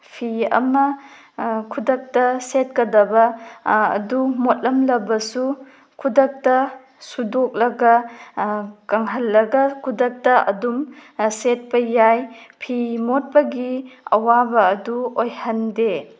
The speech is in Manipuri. ꯐꯤ ꯑꯃ ꯈꯨꯗꯛꯇ ꯁꯦꯠꯀꯗꯕ ꯑꯗꯨꯝ ꯃꯣꯠꯂꯝꯂꯕꯁꯨ ꯈꯨꯗꯛꯇ ꯁꯨꯗꯣꯛꯂꯒ ꯀꯪꯍꯜꯂꯒ ꯈꯨꯗꯛꯇ ꯑꯗꯨꯝ ꯁꯦꯠꯄ ꯌꯥꯏ ꯐꯤ ꯃꯣꯠꯄꯒꯤ ꯑꯋꯥꯕ ꯑꯗꯨ ꯑꯣꯏꯍꯟꯗꯦ